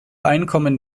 einkommen